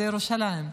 זה בירושלים.